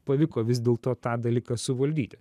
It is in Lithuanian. pavyko vis dėlto tą dalyką suvaldyti